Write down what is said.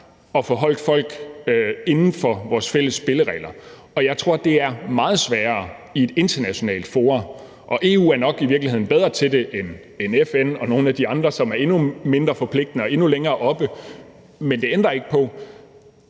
at få holdt folk inden for vores fælles spilleregler. Og jeg tror, det er meget sværere i et internationalt forum, og EU er nok i virkeligheden bedre til det end FN og nogle af de andre, som er endnu mindre forpligtende og endnu længere oppe. Men det ændrer ikke på,